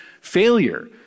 failure